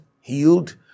healed